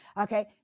okay